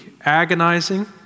agonizing